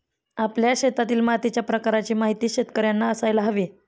आपल्या शेतातील मातीच्या प्रकाराची माहिती शेतकर्यांना असायला हवी